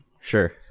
sure